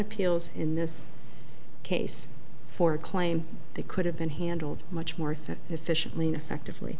appeals in this case for a claim they could have been handled much more if it efficiently and effectively